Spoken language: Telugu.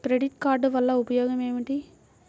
క్రెడిట్ కార్డ్ వల్ల ఉపయోగం ఏమిటీ?